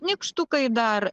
nykštukai dar